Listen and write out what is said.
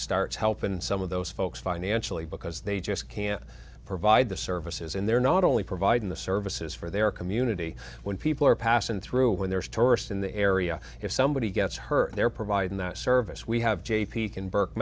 starts help in some of those folks financially because they just can't provide the services and they're not only providing the services for their community when people are passing through when there's tourists in the area if somebody gets hurt they're providing that service we have j p can burke